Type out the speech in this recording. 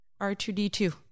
R2D2